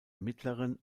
mittleren